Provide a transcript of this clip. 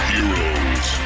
Heroes